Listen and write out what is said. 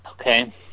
Okay